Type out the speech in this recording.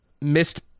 missed